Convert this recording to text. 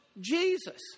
Jesus